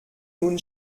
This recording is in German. nun